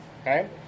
Okay